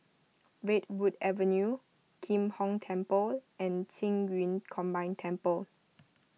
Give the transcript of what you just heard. Redwood Avenue Kim Hong Temple and Qing Yun Combined Temple